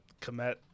Komet